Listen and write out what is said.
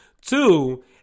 Two